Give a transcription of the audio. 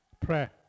Prayer